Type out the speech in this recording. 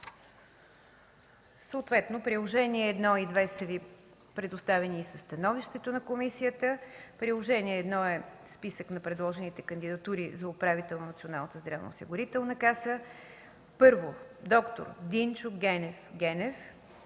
Съответно Приложение № 1 и № 2 са Ви предоставени със становището на комисията. Приложение № 1 е списък на предложените кандидатури за управител на Националната здравноосигурителна каса: 1. Доктор Динчо Генев Генев.